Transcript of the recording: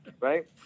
right